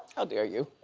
how dare you.